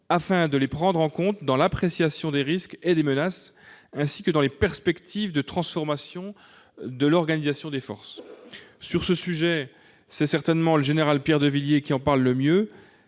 afin de prendre celles-ci en compte dans l'appréciation des risques et des menaces, ainsi que dans les perspectives de transformation de l'organisation des forces. C'est certainement le général Pierre de Villiers qui parle le mieux